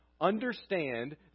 Understand